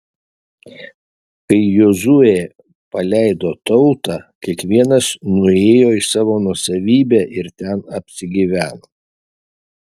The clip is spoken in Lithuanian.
kai jozuė paleido tautą kiekvienas nuėjo į savo nuosavybę ir ten apsigyveno